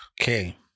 Okay